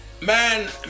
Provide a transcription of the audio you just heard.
man